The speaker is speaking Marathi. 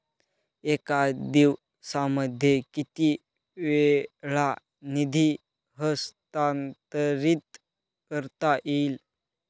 एका दिवसामध्ये किती वेळा निधी हस्तांतरीत करता येईल?